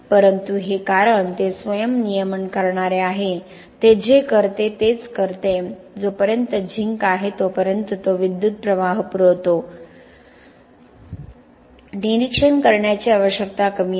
परंतु हे कारण ते स्वयं नियमन करणारे आहे ते जे करते तेच करते जोपर्यंत झिंक आहे तोपर्यंत तो विद्युत प्रवाह पुरवतो निरीक्षण करण्याची आवश्यकता कमी आहे